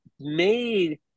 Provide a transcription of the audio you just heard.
made